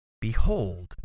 Behold